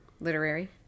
Literary